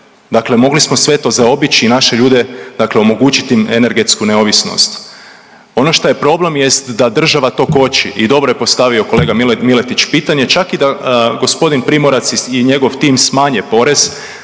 Dakle, mogli smo sve to zaobići i naše ljude, dakle omogućiti im energetsku neovisnost. Ono što je problem jest da država to koči i dobro je postavio kolega Miletić pitanje, čak i da g. Primorac i njegov tim smanje porez,